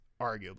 arguably